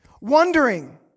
Wondering